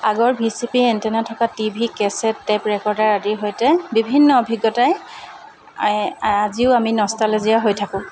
আগৰ V C D antenna থকা T V cassette tape recorder আদিৰ সৈতে বিভিন্ন অভিজ্ঞতাই আজিও আমি নষ্টালজিয়া হৈ থাকোঁ